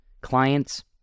clients